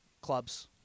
clubs